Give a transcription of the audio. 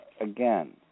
Again